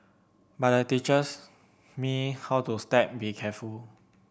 but the teachers me how to step be careful